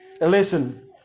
Listen